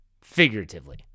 Figuratively